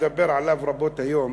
ונדבר עליו רבות היום,